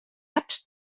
apps